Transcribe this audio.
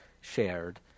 shared